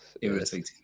irritating